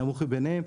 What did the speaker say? הנמוך מביניהם,